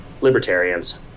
libertarians